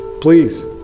please